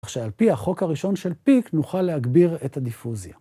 כך שעל פי החוק הראשון של פי, נוכל להגביר את הדיפוזיה.